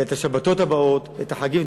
אלא את השבתות הבאות ואת החגים,